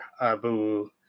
Abu